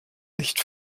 nicht